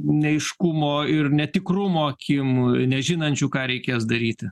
neaiškumo ir netikrumo akim nežinančių ką reikės daryti